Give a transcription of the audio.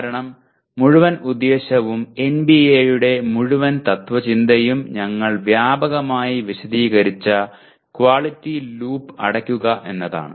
കാരണം മുഴുവൻ ഉദ്ദേശ്യവും എൻബിഎയുടെ മുഴുവൻ തത്ത്വചിന്തയും ഞങ്ങൾ വ്യാപകമായി വിശദീകരിച്ച ക്വാളിറ്റി ലൂപ്പ് അടയ്ക്കുക എന്നതാണ്